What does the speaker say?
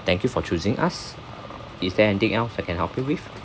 thank you for choosing us is there anything else I can help you with